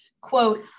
quote